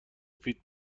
سفید